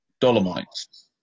Dolomites